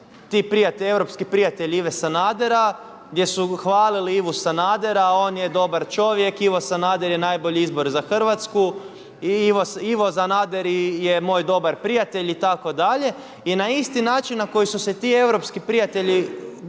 europski prijatelj Ive Sanadera gdje su hvalili Ivu Sanadera, on je dobar čovjek, Ivo Sanader je najbolji izbor za Hrvatsku, Ivo Sanader je moj dobar prijatelj itd. I na isti način na koji su se ti europski prijatelji